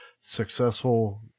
successful